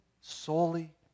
solely